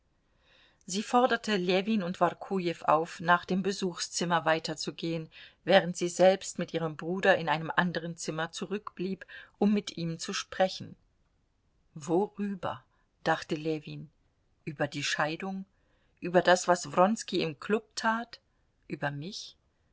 sie forderte ljewin und workujew auf nach dem besuchszimmer weiterzugehen während sie selbst mit ihrem bruder in einem anderen zimmer zurückblieb um mit ihm zu sprechen worüber dachte ljewin über die scheidung über das was wronski im klub tat über mich